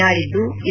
ನಾಳಿದ್ದು ಏ